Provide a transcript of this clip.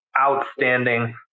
outstanding